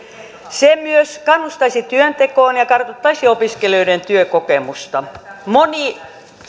se myös kannustaisi työntekoon ja kartuttaisi opiskelijoiden työkokemusta moni